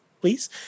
please